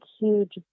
huge